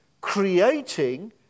creating